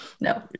No